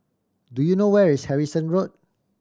do you know where is Harrison Road